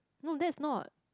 no that's not